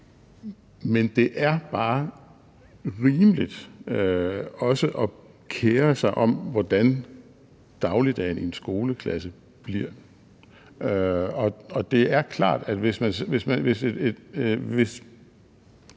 Men det er bare rimeligt også at kere sig om, hvordan dagligdagen i en skoleklasse bliver, og det er klart, at hvis